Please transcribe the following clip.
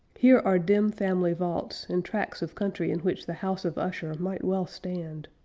here are dim family vaults, and tracts of country in which the house of usher might well stand.